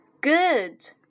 good